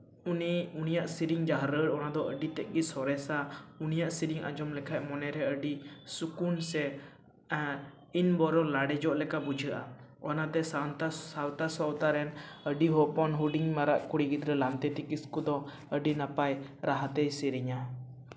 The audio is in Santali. ᱩᱱᱤ ᱩᱱᱤᱭᱟᱜ ᱥᱮᱨᱮᱧ ᱡᱟᱦᱟᱸ ᱨᱟᱹᱲ ᱚᱱᱟ ᱫᱚ ᱟᱹᱰᱤ ᱛᱮᱜ ᱜᱮ ᱥᱚᱨᱮᱥᱟ ᱩᱱᱤᱭᱟᱜ ᱥᱮᱨᱮᱧ ᱟᱸᱡᱚᱢ ᱞᱮᱠᱷᱟᱱ ᱢᱚᱱᱮᱨᱮ ᱟᱹᱰᱤ ᱥᱩᱠᱩᱱ ᱥᱮ ᱮᱜ ᱤᱱ ᱵᱚᱨᱚ ᱞᱟᱲᱮᱡᱚᱜ ᱞᱮᱠᱟ ᱵᱩᱡᱷᱟᱹᱜᱼᱟ ᱚᱱᱟᱛᱮ ᱥᱟᱱᱛᱟᱞ ᱥᱟᱶᱛᱟ ᱨᱮᱱ ᱟᱹᱰᱤ ᱦᱚᱯᱚᱱ ᱦᱩᱰᱤᱧ ᱢᱟᱨᱟᱝ ᱠᱩᱲᱤ ᱜᱤᱫᱽᱨᱟᱹ ᱞᱟᱝᱛᱤᱛᱤ ᱠᱤᱥᱠᱩ ᱫᱚ ᱟᱹᱰᱤ ᱱᱟᱯᱟᱭ ᱨᱟᱦᱟ ᱛᱮᱭ ᱥᱮᱨᱮᱧᱟ